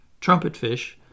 trumpetfish